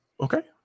okay